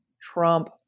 Trump